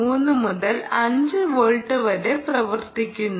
3 മുതൽ 5 വോൾട്ട് വരെ പ്രവർത്തിക്കുന്നു